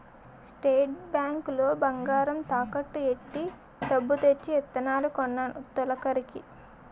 state bank లో బంగారం తాకట్టు ఎట్టి డబ్బు తెచ్చి ఇత్తనాలు కొన్నాను తొలకరికి